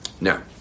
Now